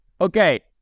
Okay